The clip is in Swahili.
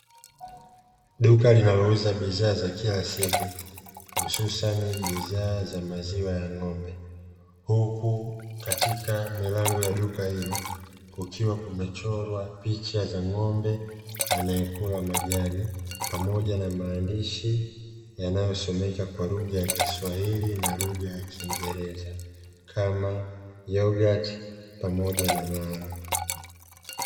Duka linalouza bidhaa za kila siku hususani bidhaa za maziwa ya ng'ombe huku katika milango ya duka hilo kukiwa kumechorwa picha za ng'ombe anayekula majani pamoja na maandishi yanayosomeka kwa lugha ya kiswahili na lugha ya kiingereza kama yoghurt pamoja na maana